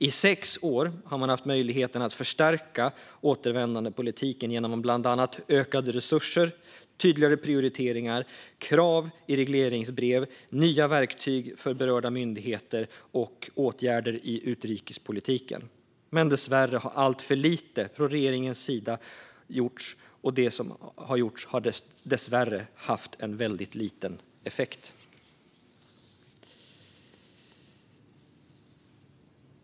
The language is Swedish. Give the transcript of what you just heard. I sex år har man haft möjlighet att förstärka återvändandepolitiken, bland annat genom ökade resurser tydliga prioriteringar krav i regleringsbrev nya verktyg för berörda myndigheter åtgärder i utrikespolitiken. Men regeringen har gjort alltför lite, och det som har gjorts har dessvärre fått liten effekt.